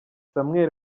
samuel